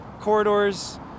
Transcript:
corridors